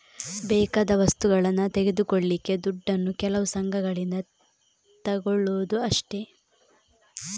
ಬೇಕಾದ ವಸ್ತುಗಳನ್ನ ತೆಗೆದುಕೊಳ್ಳಿಕ್ಕೆ ದುಡ್ಡನ್ನು ಕೆಲವು ಸಂಘಗಳಿಂದ ತಗೊಳ್ಳುದು ಅಷ್ಟೇ